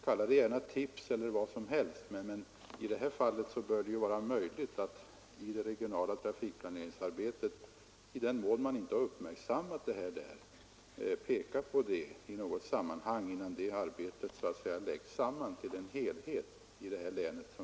Kalla det gärna ett tips att det bör vara möjligt att i det regionala trafikplaneringsarbetet, i den mån man inte har uppmärksammat det, peka på det här fallet innan arbetet så att säga läggs samman till en helhet i länet.